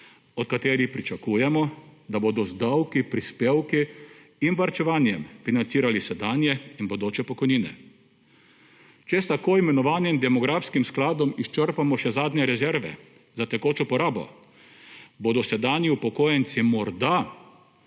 od katerih pričakujemo, da bodo z davki, prispevki in varčevanjem financirali sedanje in bodoče pokojnine. Če s tako imenovanim demografskem skladom izčrpamo še zadnje rezerve za tekočo porabo, bodo sedanji upokojenci morda